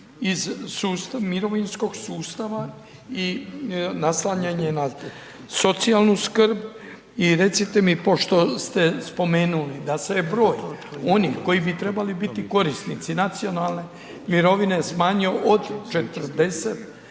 iz mirovinskog sustava i naslanjanje na socijalnu skrb? I recite mi pošto ste spomenuli da se je broj onih koji bi trebali biti korisnici nacionalne mirovine smanjio od 40